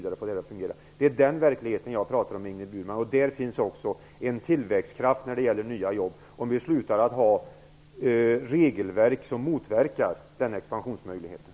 Det är den verkligheten jag pratar om, Ingrid Burman. Där finns också en tillväxtkraft när det gäller nya jobb. Men vi måste sluta att ha regelverk som motverkar den expansionsmöjligheten.